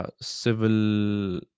Civil